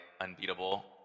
unbeatable